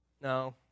No